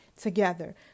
together